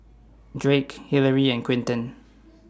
Drake Hilary and Quintin